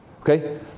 Okay